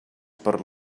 per